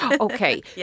Okay